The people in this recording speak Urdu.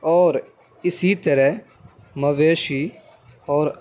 اور اسی طرح مویشی اور